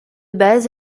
base